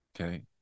okay